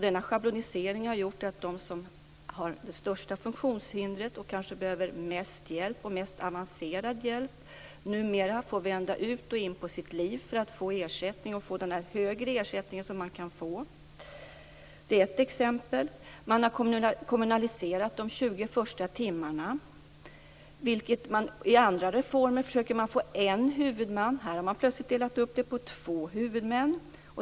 Denna schablonisering har gjort att de som har de största funktionshindren, och som kanske behöver mest hjälp och mest avancerad hjälp, numera får vända ut och in på sina liv för att få ersättning och för att få den högre ersättning som man kan få. Det är ett exempel. Man har också kommunaliserat de 20 första timmarna. I samband med andra reformer försöker man få en huvudman - här har man plötsligt delat upp det på två huvudmän.